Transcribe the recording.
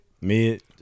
Mid